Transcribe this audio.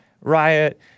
riot